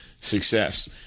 success